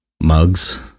mugs